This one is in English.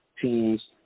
teams